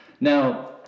now